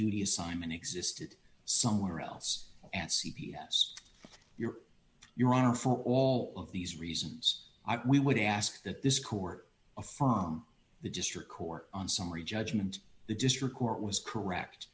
duty assignment existed somewhere else at c p s your your honor for all of these reasons are we would ask that this court affirm the district court on summary judgment the district court was correct